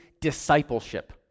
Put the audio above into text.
discipleship